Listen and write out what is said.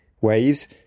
Waves